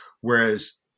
whereas